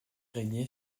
régné